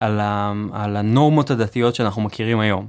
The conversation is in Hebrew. על ה.. על הנורמות הדתיות שאנחנו מכירים היום.